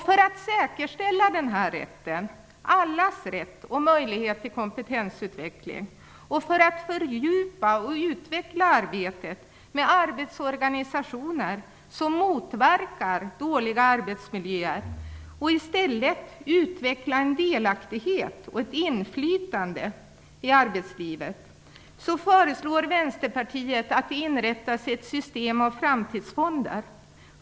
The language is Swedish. För att säkerställa allas rätt och möjlighet till kompetensutveckling och för att fördjupa och utveckla arbetet med arbetsorganisationer som motverkar dåliga arbetsmiljöer och i stället utveckla en delaktighet och ett inflytande i arbetslivet föreslår Vänsterpartiet att det inrättas ett system av framtidsfonder.